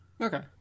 Okay